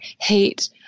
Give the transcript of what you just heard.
hate